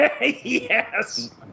yes